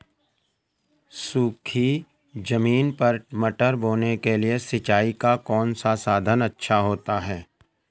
सूखी ज़मीन पर मटर बोने के लिए सिंचाई का कौन सा साधन अच्छा होता है?